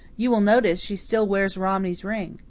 you will notice she still wears romney's ring.